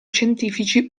scientifici